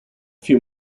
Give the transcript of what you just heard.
few